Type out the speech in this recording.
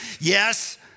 Yes